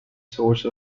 source